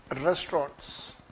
restaurants